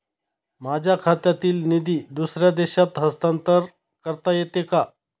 माझ्या खात्यातील निधी दुसऱ्या देशात हस्तांतर करता येते का?